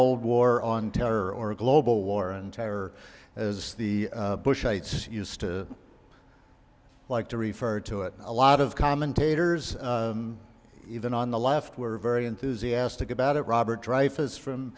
old war on terror or a global war on terror as the bush ites used to like to refer to it a lot of commentators even on the left were very enthusiastic about it robert dreifus from